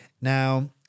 Now